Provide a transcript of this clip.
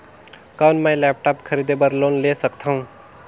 कौन मैं लेपटॉप खरीदे बर लोन ले सकथव?